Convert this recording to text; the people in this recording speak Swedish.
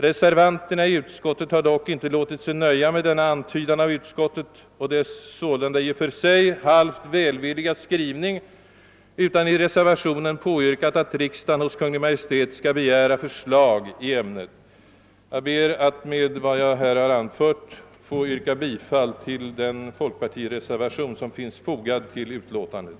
Reservanterna i utskottet har dock inte låtit sig nöja med denna antydan av utskottet och dess sålunda i och för sig halvt välvilliga skrivning utan har i reservationen påyrkat att riksdagen hos Kungl. Maj:t skall begära förslag 1 ämnet. Jag ber att med vad jag här har anfört få yrka bifall till den folkpartireservation som finns fogad till utlåtandet.